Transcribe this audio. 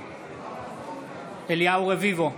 נגד אליהו רביבו,